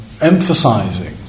emphasizing